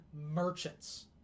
merchants